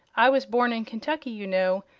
i was born in kentucky, you know,